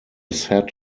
set